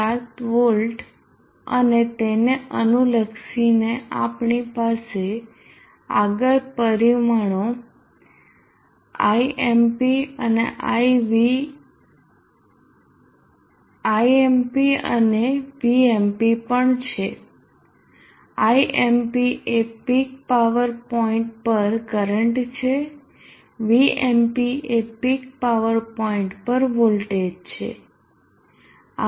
7 volt અને તેને અનુલકક્ષીને આપણી પાસે આગળ પરિમાણો Imp અને Vmp પણ છે Imp એ પીક પાવર પોઇન્ટ પર કરંટ છે Vmp એ પીક પાવર પોઈન્ટ પર વોલ્ટેજ છે